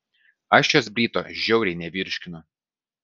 aš jos bryto žiauriai nevirškinu